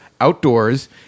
outdoors